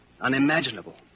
unimaginable